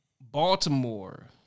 Baltimore